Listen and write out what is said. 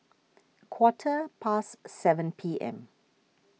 quarter past seven P M